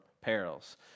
perils